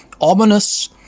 ominous